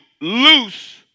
loose